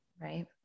right